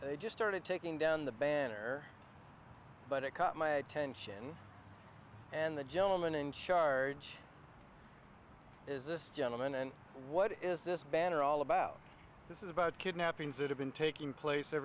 they just started taking down the banner but it caught my attention and the gentleman in charge is this gentleman and what is this banner all about this is about kidnappings that have been taking place s